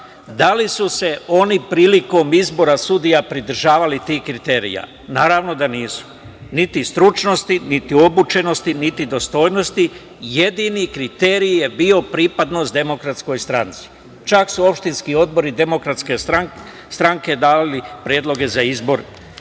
da li su se oni prilikom izbora sudija pridržavali tih kriterijuma? Naravno da nisu, niti stručnosti, niti obučenosti, niti dostojnosti. Jedini kriterijum je bio pripadnost DS, čak su opštinski odbori DS davali predloge za izbor